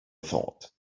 thought